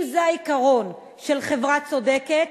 אם זה העיקרון של חברה צודקת,